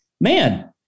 man